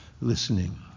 listening